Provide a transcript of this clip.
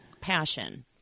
passion